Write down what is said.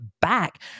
back